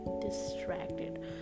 distracted